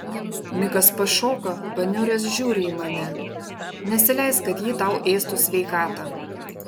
mikas pašoka paniuręs žiūri į mane nesileisk kad ji tau ėstų sveikatą